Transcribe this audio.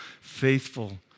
faithful